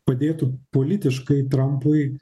padėtų politiškai trampui